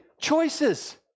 choices